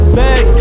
back